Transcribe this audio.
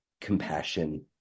compassion